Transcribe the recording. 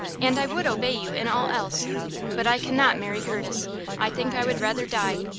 and i would obey you in all else but i cannot marry curtis i think i would rather die.